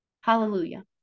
Hallelujah